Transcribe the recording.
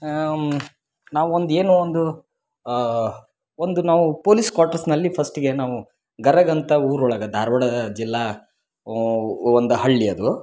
ನಾವೊಂದು ಏನೋ ಒಂದು ಒಂದು ನಾವು ಪೊಲೀಸ್ ಕ್ವಾಟ್ರಸ್ನಲ್ಲಿ ಫಸ್ಟಿಗೆ ನಾವು ಗರಗ್ ಅಂತ ಊರೊಳಗೆ ಧಾರವಾಡ ಜಿಲ್ಲಾ ಒಂದು ಹಳ್ಳಿ ಅದು